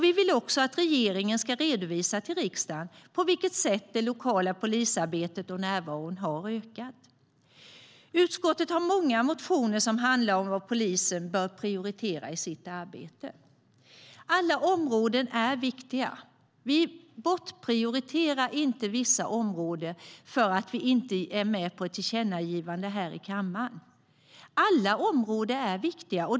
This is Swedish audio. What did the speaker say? Vi vill också att regeringen ska redovisa till riksdagen på vilket sätt det lokala polisarbetet och närvaron har ökat. Alla områden är viktiga. Vi nedprioriterar inte vissa områden för att vi inte är med på ett tillkännagivande här i kammaren. Alla områden är viktiga.